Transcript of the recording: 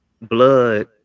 blood